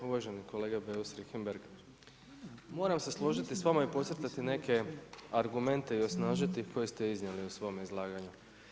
Uvaženi kolega Beus-Richembergh, moram se složiti s vama i podcrtati neke argumente i osnažiti koje ste iznijeli u svome izlaganju.